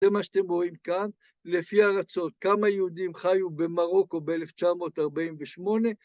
זה מה שאתם רואים כאן, לפי הרצון כמה יהודים חיו במרוקו ב־1948